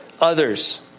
others